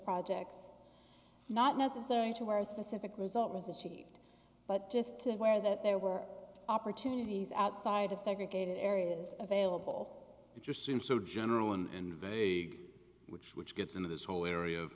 projects not necessarily to where a specific result was achieved but just to aware that there were opportunities outside of segregated areas available it just seems so general and vague which which gets into this whole area